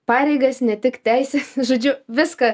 pareigas ne tik teises žodžiu viską